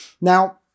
Now